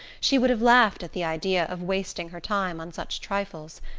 she would have laughed at the idea of wasting her time on such trifles.